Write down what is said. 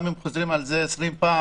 גם אם חוזרים על זה 20 פעם,